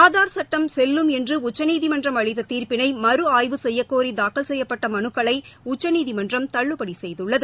ஆதார் சட்டம் செல்லும் என்று உச்சநீதிமன்றம் அளித்த தீர்ப்பினை மறு ஆய்வு செய்யக்கோரி தாக்கல் செய்யப்பட்ட மனுக்களை உச்சநீதிமன்றம் தள்ளுபடி செய்துள்ளது